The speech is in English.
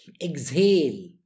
exhale